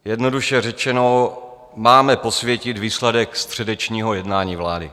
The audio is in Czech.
Jednoduše řečeno, máme posvětit výsledek středečního jednání vlády.